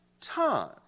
time